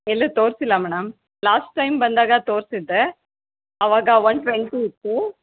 ಎಲ್ಲೂ ತೋರಿಸಿಲ್ಲ madam last time ಬಂದಾಗ ತೋರಿಸಿದ್ದೆ ಆವಾಗ ಒನ್ ಟ್ವೆಂಟಿ ಇತ್ತು